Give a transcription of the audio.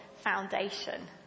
foundation